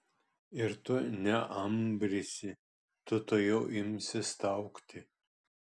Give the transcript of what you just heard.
ir tu neambrysi tu tuojau imsi staugti